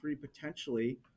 potentially